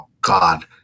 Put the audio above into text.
God